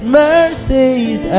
mercies